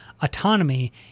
autonomy